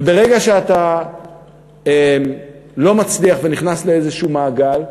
וברגע שאתה לא מצליח ונכנס לאיזשהו מעגל,